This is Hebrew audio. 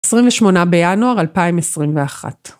28 בינואר 2021